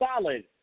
solid